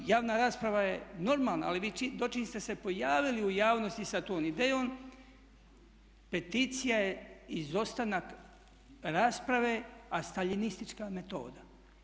Javna rasprava je normalna ali vi čim ste se pojavili u javnost sa tom idejom peticija je izostanak rasprave a Staljinistička metoda.